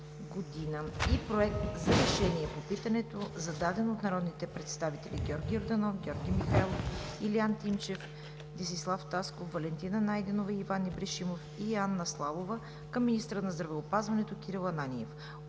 г., и Проект за решение по питането, зададено от народните представители Георги Йорданов, Георги Михайлов, Илиян Тимчев, Десислав Тасков, Валентина Найденова, Иван Ибришимов и Анна Славова към министъра на здравеопазването Кирил Ананиев